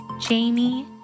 Jamie